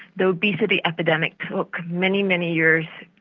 the obesity epidemic took many, many years